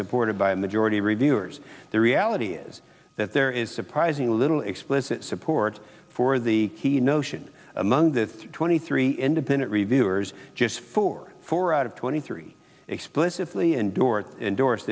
supported by a majority reviewers the reality is that there is surprisingly little explicit support for the notion among the twenty three independent reviewers just four four out of twenty three explicitly and dorte endors